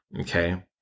okay